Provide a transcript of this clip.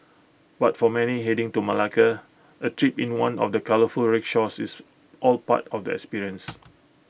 but for many heading to Malacca A trip in one of the colourful rickshaws is all part of the experience